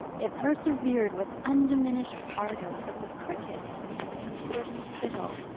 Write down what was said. it persevered with undiminished ardour but the cricket took first fiddle,